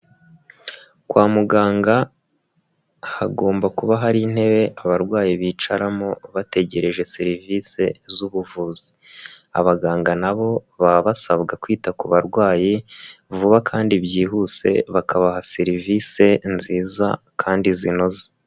Kwa muganga hagomba kuba hari intebe abarwayi bicaramo bategereje serivisi z'ubuvuzi. Abaganga na bo baba basabwa kwita ku barwayi vuba kandi byihuse, bakabaha serivisi nziza kandi zinoze.